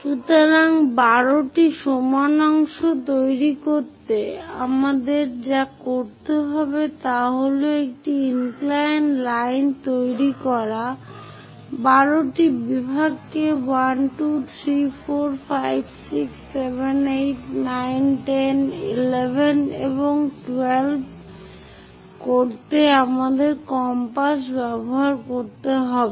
সুতরাং 12 টি সমান অংশ তৈরি করতে আমাদের যা করতে হবে তা হল একটি ইনক্লাইন লাইন তৈরি করা 12 টি বিভাগকে 1 2 3 4 5 6 7 8 9 10 11 এবং 12 করতে আমাদের কম্পাস ব্যবহার করতে হবে